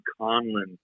Conlon